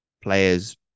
players